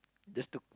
just to